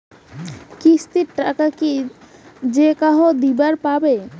কিস্তির টাকা কি যেকাহো দিবার পাবে?